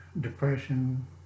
Depression